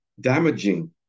damaging